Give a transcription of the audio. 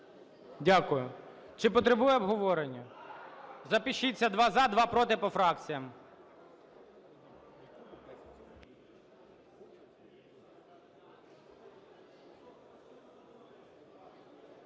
Дякую. Чи потребує обговорення? Запишіться: два – за, два – проти, по фракціях.